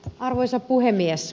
arvoisa puhemies